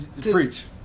preach